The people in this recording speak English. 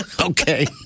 Okay